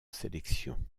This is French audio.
sélection